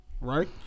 right